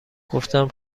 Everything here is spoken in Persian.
گفتم